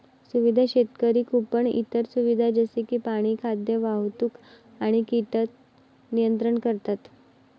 सुविधा शेतकरी कुंपण इतर सुविधा जसे की पाणी, खाद्य, वाहतूक आणि कीटक नियंत्रण करतात